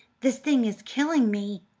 this thing is killing me!